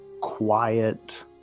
quiet